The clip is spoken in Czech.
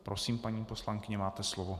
Prosím, paní poslankyně, máte slovo.